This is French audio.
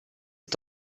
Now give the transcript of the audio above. est